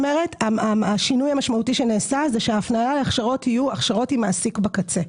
השינוי המשמעותי שנעשה הוא שההפניה להכשרות יהיו עם מעסיק בקצה.